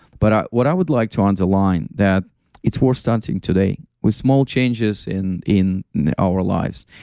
but what i would like to underline that it's worth starting today, with small changes in in our lives.